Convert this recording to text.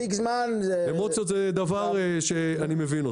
אמוציות זה דבר שאני מבין אותו.